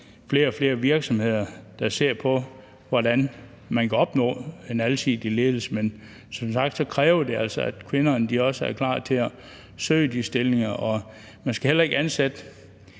flere og flere virksomheder, der ser på, hvordan man kan opnå en alsidig ledelse. Men som sagt kræver det altså, at kvinderne også er klar til at søge de stillinger. Og man skal heller ikke ansætte